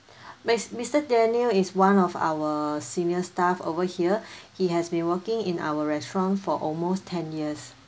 mis~ mister daniel is one of our senior staff over here he has been working in our restaurant for almost ten years